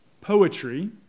poetry